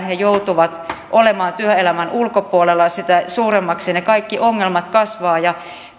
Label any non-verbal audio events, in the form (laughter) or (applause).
(unintelligible) he joutuvat olemaan työelämän ulkopuolella sitä suuremmaksi ne kaikki ongelmat kasvavat ja